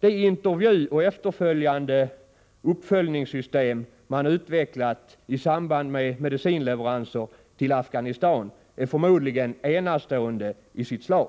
De intervjuoch uppföljningssystem man utvecklat i samband med medicinleveranser till Afghanistan är förmodligen enastående i sitt slag.